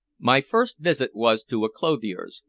my first visit was to a clothier's,